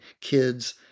kids